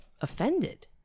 offended